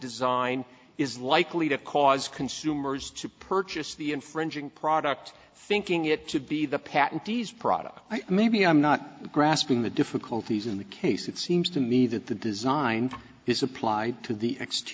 design is likely to cause consumers to purchase the infringing product thinking it to be the patent d s product i may be i'm not grasping the difficulties in the case it seems to me that the design is applied to the ext